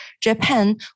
Japan